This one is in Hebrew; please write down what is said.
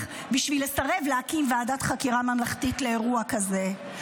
בשביל לסרב להקים ועדת חקירה ממלכתית לאירוע כזה.